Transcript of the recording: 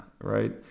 right